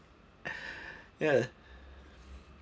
ya